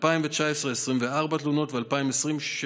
2019, 24 תלונות, ב-2020,